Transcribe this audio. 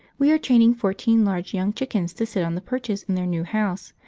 we are training fourteen large young chickens to sit on the perches in their new house,